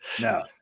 No